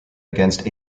against